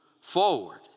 forward